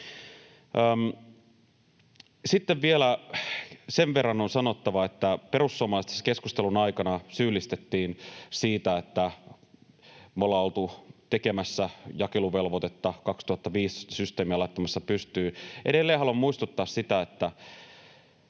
oikeasti. Sen verran on sanottava, että perussuomalaisia tässä keskustelun aikana syyllistettiin siitä, että me ollaan oltu tekemässä jakeluvelvoitetta, 2015 systeemiä laittamassa pystyyn. Edelleen haluan muistuttaa, että